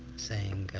saying,